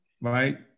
right